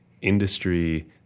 industry